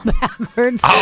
backwards